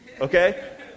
okay